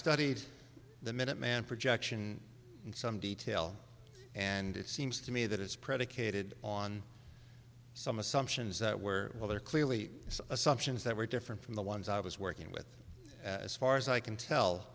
studied the minuteman projection in some detail and it seems to me that it's predicated on some assumptions that were there clearly assumptions that were different from the ones i was working with as far as i can tell